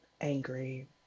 angry